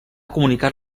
comunicar